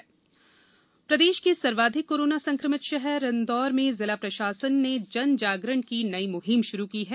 corona जागरुकता प्रदेश के सर्वाधिक कोरोना संक्रमित शहर इंदौर में ज़िला प्रशासन ने जन जागरण की नई मुहिम शुरू की है